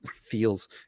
feels